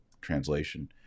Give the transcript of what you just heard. translation